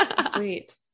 Sweet